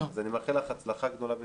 אז אני מאחל לך הצלחה גדולה בתפקידך,